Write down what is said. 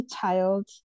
child